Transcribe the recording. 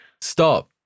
Stop